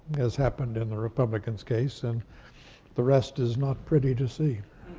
as happened in the republicans' case, and the rest is not pretty to see.